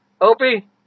opie